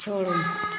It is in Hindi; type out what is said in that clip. छोड़ो